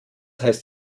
heißt